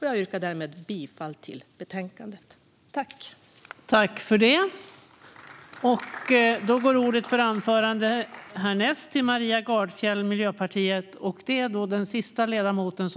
Jag yrkar därmed bifall till utskottets förslag i betänkandet.